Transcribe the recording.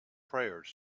prayers